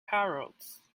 parrots